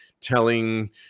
telling